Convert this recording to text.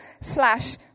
slash